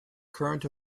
current